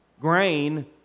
grain